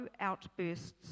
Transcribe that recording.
outbursts